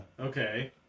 Okay